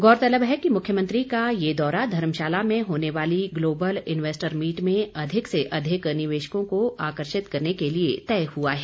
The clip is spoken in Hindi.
गौरतलब है कि मुख्यमंत्री का ये दौरा धर्मशाला में होने वाली ग्लोबल इंवेस्टर मीट में अधिक से अधिक निवेशकों को आकर्षित करने के लिये तय हुआ है